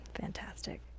Fantastic